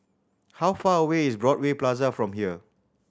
how far away is Broadway Plaza from here